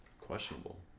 questionable